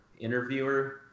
interviewer